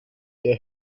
der